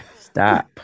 Stop